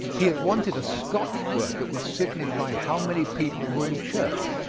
he had wanted a scotch word that would signify how many people were in church,